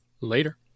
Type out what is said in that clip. Later